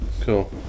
Cool